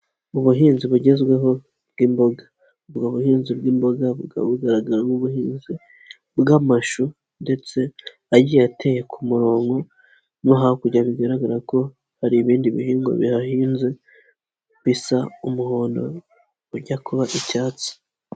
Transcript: Ubuhinzi bugezweho bw'imboga, ubwo buhinzi bw'imboga bukaba bugaragara nk'ubuhinzi bw'amashu ndetse agiye ateye ku murongo, no hakurya bigaragara ko hari ibindi bihingwa bihahinze, bisa umuhondo ujya kuba icyatsi.